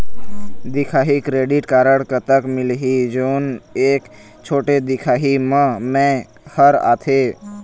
दिखाही credit card कतक मिलही जोन एक छोटे दिखाही म मैं हर आथे?